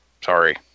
sorry